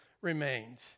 remains